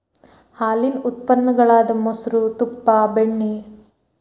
ಹಾಲೇನ ಉತ್ಪನ್ನ ಗಳಾದ ಮೊಸರು, ತುಪ್ಪಾ, ಬೆಣ್ಣಿ